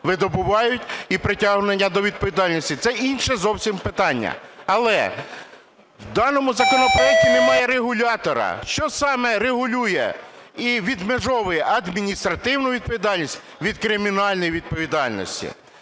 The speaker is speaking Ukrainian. видобувають, і притягнення до відповідальності. Це інше зовсім питання. Але в даному законопроекті немає регулятора, що саме регулює і відмежовує адміністративну відповідальність від кримінальної відповідальності.